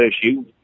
issue